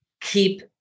keep